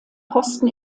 posten